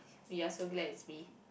we're so glad it's me